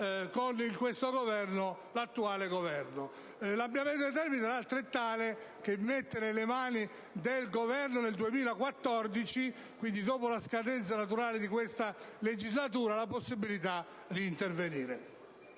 conclusione con l'attuale Governo. L'ampliamento dei termini, tra l'altro, è tale che mette nelle mani del Governo a partire dal 2014, quindi dopo la scadenza naturale di questa legislatura, la possibilità di intervenire.